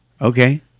Okay